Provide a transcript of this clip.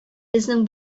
безнең